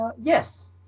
Yes